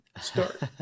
start